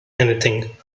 anything